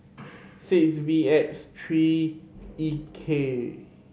six V S three E K